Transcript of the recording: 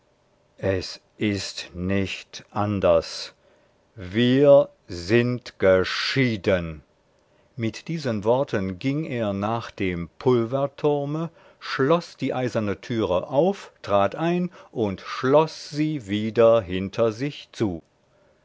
es ist nicht anders wir sind geschieden mit diesen worten ging er nach dem pulverturme schloß die eiserne türe auf trat ein und schloß sie wieder hinter sich zu